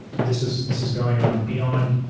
this is this is going on beyond,